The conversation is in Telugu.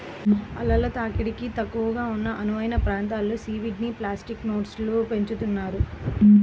అలల తాకిడి తక్కువగా ఉన్న అనువైన ప్రాంతంలో సీవీడ్ని ప్లాస్టిక్ నెట్స్లో పెంచుతున్నారు